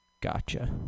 gotcha